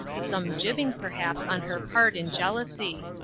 some jibbing perhaps on her part in jealousy.